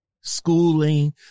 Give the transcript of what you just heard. schooling